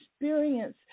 experience